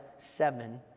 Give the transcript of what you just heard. seven